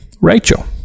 Rachel